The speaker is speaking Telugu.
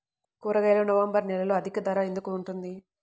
కూరగాయలు నవంబర్ నెలలో అధిక ధర ఎందుకు ఉంటుంది?